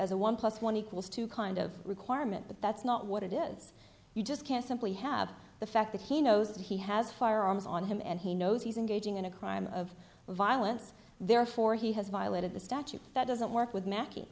a one plus one equals two kind of requirement but that's not what it is you just can't simply have the fact that he knows that he has firearms on him and he knows he's engaging in a crime of violence therefore he has violated the statute that doesn't work with mackey